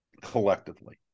collectively